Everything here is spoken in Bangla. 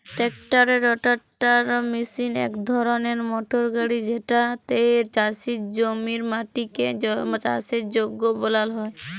ট্রাক্টারের রোটাটার মিশিল ইক ধরলের মটর গাড়ি যেটতে চাষের জমির মাটিকে চাষের যগ্য বালাল হ্যয়